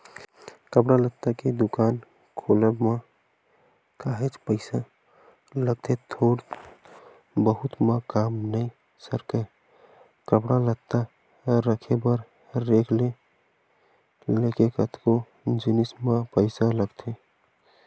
कपड़ा लत्ता के दुकान खोलब म काहेच पइसा लगथे थोर बहुत म काम नइ सरकय कपड़ा लत्ता रखे बर रेक ले लेके कतको जिनिस म पइसा लगथे